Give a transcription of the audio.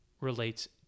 relates